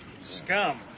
scum